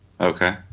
Okay